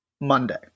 Monday